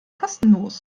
kostenlos